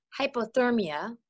hypothermia